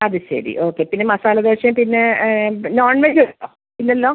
അത് ശരി ഓക്കേ പിന്നെ മസാലദോശയും പിന്നെ നോൺ വെജുണ്ടോ ഇല്ലല്ലോ